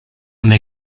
una